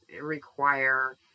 require